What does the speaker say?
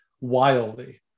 wildly